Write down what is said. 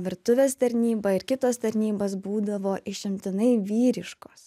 virtuvės tarnyba ir kitos tarnybos būdavo išimtinai vyriškos